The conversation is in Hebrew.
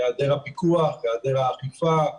על היעדר הפיקוח והיעדר האכיפה,